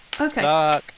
Okay